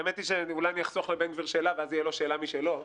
האמת היא שאולי אחסוך לבן גביר שאלה ואז יהיה לו שאלה משלו.